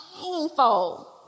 painful